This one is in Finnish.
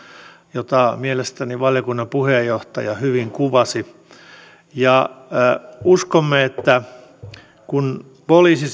jota mielestäni valiokunnan puheenjohtaja hyvin kuvasi ja uskomme että kun poliisi